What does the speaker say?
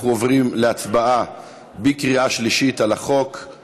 אנחנו עוברים להצבעה בקריאה שלישית על הצעת החוק.